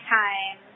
time